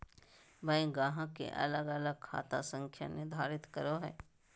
bank ग्राहक के अलग अलग खाता संख्या निर्धारित करो हइ